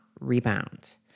rebound